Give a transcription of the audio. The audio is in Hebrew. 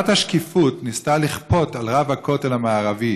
ועדת השקיפות ניסתה לכפות על רב הכותל המערבי,